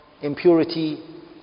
impurity